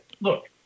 look